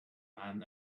man